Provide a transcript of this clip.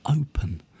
open